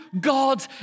God